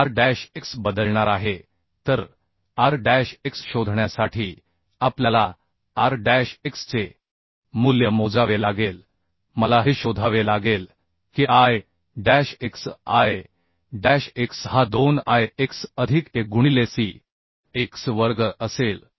पण r dash x बदलणार आहे तर r डॅश x शोधण्यासाठी आपल्याला r डॅश x चे मूल्य मोजावे लागेल मला हे शोधावे लागेल की I dash x I dash x हा 2 I x अधिक a गुणिले c x वर्ग असेल